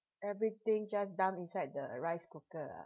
everything just dump inside the rice cooker